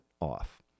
off